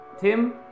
Tim